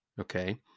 Okay